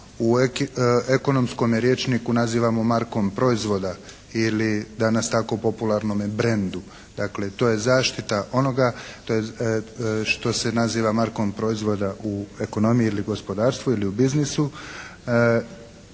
u ekonomskome rječniku nazivamo markom proizvoda ili danas tako popularnome brendu. Dakle, to je zaštita onoga što se naziva markom proizvoda u ekonomiji ili gospodarstvu ili u biznisu,